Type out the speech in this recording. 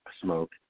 smoke